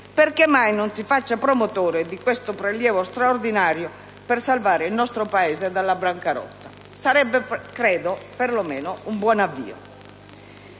perché mai non si fa promotore di un prelievo straordinario per salvare il nostro Paese dalla bancarotta: ciò sarebbe, credo, per lo meno un buon avvio.